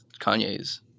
Kanye's